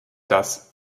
das